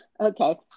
Okay